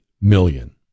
million